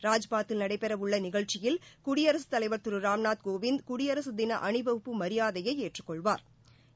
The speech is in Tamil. ராஜ்பாத்தில் நடைபெறவுள்ள நிகழ்ச்சியில் குடியரசுத் தலைவா் திரு ராம்நாத் கோவிந்த் குடியரசு தின அணிவகுப்பு மரியாதையை ஏற்றுக் கொள்வாா்